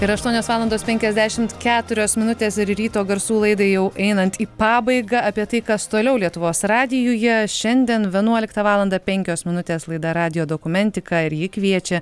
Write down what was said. yra aštuonios valandos penkiasdešimt keturios minutės ir ryto garsų laidai jau einant į pabaigą apie tai kas toliau lietuvos radijuje šiandien vienuoliktą valandą penkios minutės laida radijo dokumentika ir ji kviečia